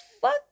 fuck